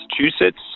Massachusetts